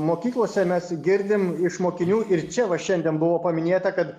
mokyklose mes girdim iš mokinių ir čia va šiandien buvo paminėta kad